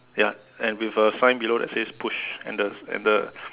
ya and with a sign below that says push and the and the